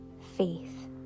faith